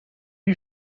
you